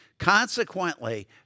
Consequently